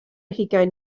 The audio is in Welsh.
hugain